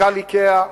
מנכ"ל "איקאה",